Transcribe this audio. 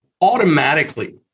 automatically